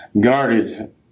guarded